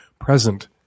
present